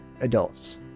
adults